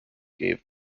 gave